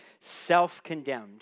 self-condemned